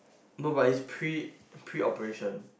no but it's pre~ pre-operation